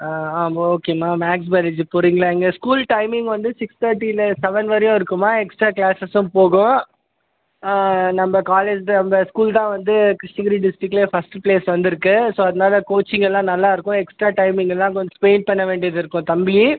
ஆ ஆமா ஓகேமா maths biology போறிங்களா எங்கள் ஸ்கூல் டைமிங் வந்து சிக்ஸ் தேர்ட்டி இல்லை சவன் வரையும் இருக்குமா எக்ஸ்ட்ரா க்ளாஸெஸ்ஸும் போகும் நம்ப காலேஜில் நம்ப ஸ்கூல் தான் வந்து கிருஷ்ணகிரி டிஸ்ட்ரிக்லே ஃபஸ்ட்டு ப்லேஸ் வந்துருக்குது ஸோ அதனாலே கோச்சிங்கெல்லாம் நல்லா இருக்கும் எக்ஸ்ட்ரா டைமிங்கெல்லாம் கொஞ்சம் வெய்ட் பண்ண வேண்டியது இருக்கும் தம்பி